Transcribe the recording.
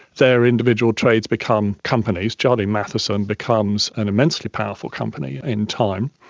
their individual trades become companies. jardine matheson becomes an immensely powerful company in time.